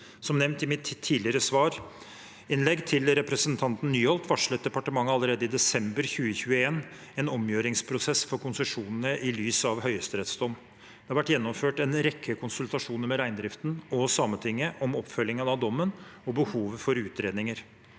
Som nevnt i mitt tidligere svar til representanten Nyholt, varslet departementet allerede i desember 2021 en omgjøringsprosess for konsesjonene i lys av Høyesteretts dom. Det har vært gjennomført en rekke konsultasjoner med reindriften og Sametinget om oppfølgingen av dommen og behovet for utredninger.